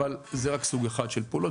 אבל זה רק סוג אחד של פעולות,